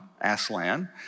aslan